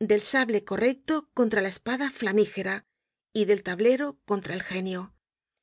del sable correcto contra la espada flamígera y del tablero contra el genio